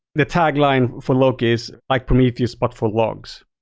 the tagline for loki is like prometheus, but for logs.